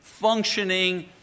functioning